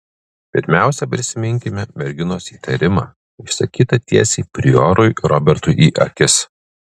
pirmiausia prisiminkime merginos įtarimą išsakytą tiesiai priorui robertui į akis